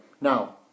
Now